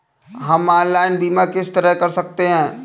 हम ऑनलाइन बीमा किस तरह कर सकते हैं?